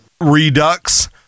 Redux